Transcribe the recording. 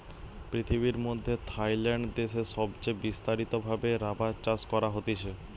পৃথিবীর মধ্যে থাইল্যান্ড দেশে সবচে বিস্তারিত ভাবে রাবার চাষ করা হতিছে